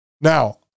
Now